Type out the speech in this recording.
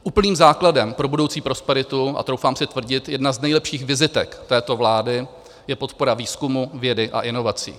Úplným základem pro budoucí prosperitu, a troufám si tvrdit jedna z nejlepších vizitek této vlády je podpora výzkumu, vědy a inovací.